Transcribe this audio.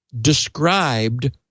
described